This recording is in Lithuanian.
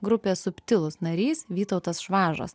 grupės subtilūs narys vytautas švažas